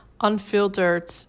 unfiltered